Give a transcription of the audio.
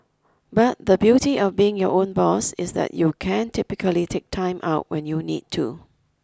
but the beauty of being your own boss is that you can typically take time out when you need to